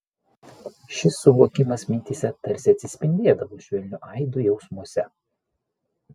šis suvokimas mintyse tarsi atsispindėdavo švelniu aidu jausmuose